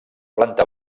planta